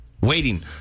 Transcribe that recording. waiting